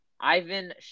Ivan